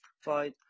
fight